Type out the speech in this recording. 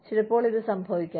ചിലപ്പോൾ ഇത് സംഭവിക്കാം